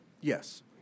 Yes